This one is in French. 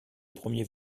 premier